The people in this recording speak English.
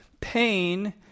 Pain